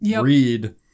Read